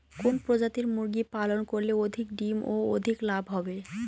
কোন প্রজাতির মুরগি পালন করলে অধিক ডিম ও অধিক লাভ হবে?